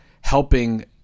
helping